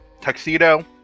tuxedo